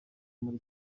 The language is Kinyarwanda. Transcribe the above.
muri